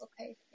Okay